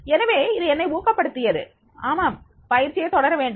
எனவே இது என்னை ஊக்கப்படுத்தியது ஆமாம் பயிற்சியை தொடர வேண்டும்